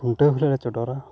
ᱠᱷᱩᱱᱴᱟᱹᱣ ᱦᱤᱞᱳᱹ ᱞᱮ ᱪᱚᱰᱚᱨᱟ